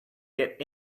get